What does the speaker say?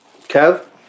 Kev